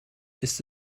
ist